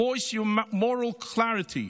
voice your moral clarity.